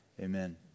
Amen